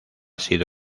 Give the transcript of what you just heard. sido